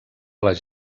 les